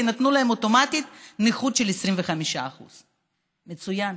כי נתנו להם אוטומטית נכות של 25%. מצוין.